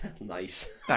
Nice